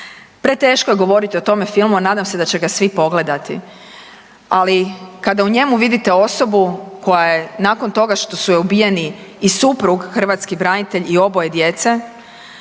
Preteško je govoriti o tome filmu, a nadam se da će ga svi pogledati. Ali kada u njemu vidite osobu koja je nakon toga što su joj ubijeni i suprug hrvatski branitelj i oboje djece